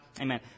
Amen